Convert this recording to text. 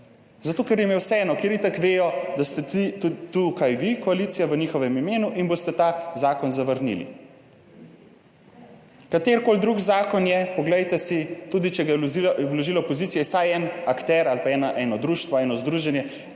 zato, ker jim je vseeno, ker itak vedo, da ste tukaj vi, koalicija, v njihovem imenu in boste ta zakon zavrnili. Katerikoli drug zakon je, poglejte si, tudi če ga je je vložila opozicija, je vsaj en akter ali pa eno društvo, eno združenje,